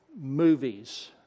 movies